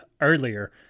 earlier